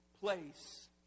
place